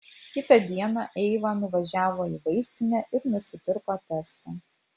kitą dieną eiva nuvažiavo į vaistinę ir nusipirko testą